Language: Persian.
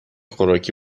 خوراکی